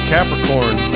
Capricorn